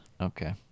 Okay